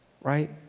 right